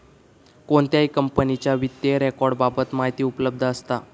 कोणत्याही कंपनीच्या वित्तीय रेकॉर्ड बाबत माहिती उपलब्ध असता